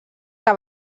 que